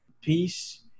peace